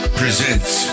presents